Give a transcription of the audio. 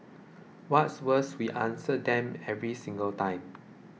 what's worse we answer them every single time